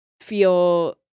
feel